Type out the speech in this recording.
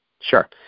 Sure